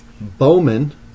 Bowman